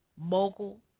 mogul